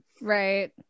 right